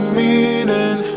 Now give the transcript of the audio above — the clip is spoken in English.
meaning